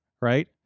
right